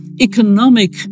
economic